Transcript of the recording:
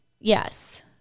Yes